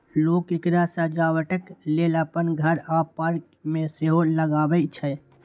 लोक एकरा सजावटक लेल अपन घर आ पार्क मे सेहो लगबै छै